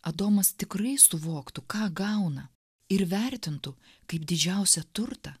adomas tikrai suvoktų ką gauna ir vertintų kaip didžiausią turtą